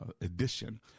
edition